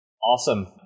Awesome